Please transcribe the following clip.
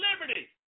liberty